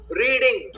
reading